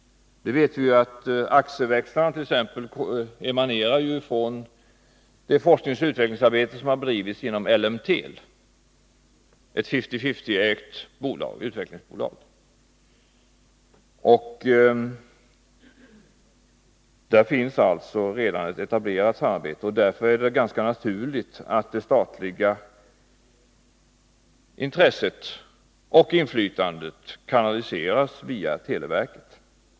Vi vet att t.ex. AXE växlarna emanerar från det forskningsoch utvecklingsarbete som har bedrivits inom ELLEMTEL, ett fifty-fifty-ägt utvecklingsbolag. Det finns alltså redan ett etablerat samarbete, och därför är det ganska naturligt att det statliga intresset och inflytandet kanaliseras via televerket.